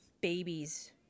babies